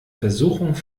versuchung